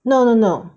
no no no